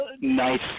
nice